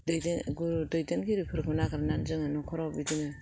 गुरु दैदेनगिरिफोरखौ नागिरनानै जोङो न'खराव बिदिनो